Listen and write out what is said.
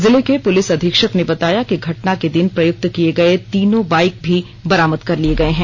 जिले के पुलिस अधीक्षक ने बताया कि घटना के दिन प्रयुक्त किये गये तीनों बाइक भी बरामद कर लिया गया गया है